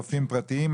רופאים פרטיים,